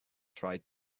tried